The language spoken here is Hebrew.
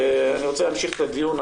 אני רוצה להמשיך את הדיון,